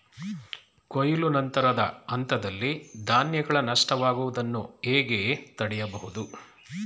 ಕೊಯ್ಲು ನಂತರದ ಹಂತದಲ್ಲಿ ಧಾನ್ಯಗಳ ನಷ್ಟವಾಗುವುದನ್ನು ಹೇಗೆ ತಡೆಯಬಹುದು?